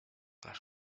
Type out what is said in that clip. las